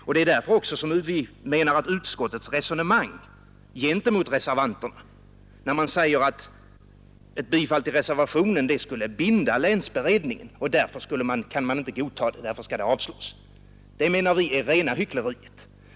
Det är också därför som vi menar att utskottets resonemang gentemot reservanterna, att ett bifall till reservationen skulle bindä länsberedningen, varför deras förslag inte kän godtas utan måste ävstyrkås, är rena hyckleriet.